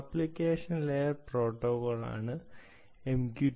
application layer protocol ആണ് MQTT